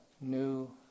new